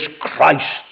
Christ